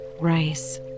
rice